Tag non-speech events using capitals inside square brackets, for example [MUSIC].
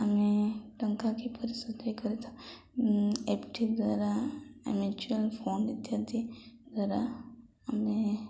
ଆମେ ଟଙ୍କା କିପରି [UNINTELLIGIBLE] କରିଥାଉ ଏଫ୍ ଡ଼ି ଦ୍ୱାରା ମ୍ୟୁଚୁଆଲ୍ ଫଣ୍ଡ ଇତ୍ୟାଦି ଦ୍ୱାରା ଆମେ